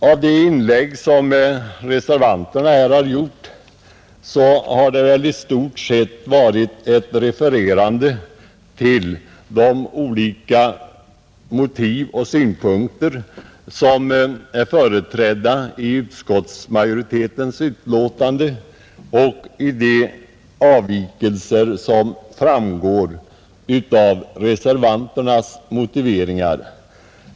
I de inlägg som reservanterna här har gjort har det väl i stort sett varit ett refererande till de olika motiv och synpunkter som är redovisade i utskottsmajoritetens betänkande samt till de avvikelser som framgår av reservanternas motiveringar.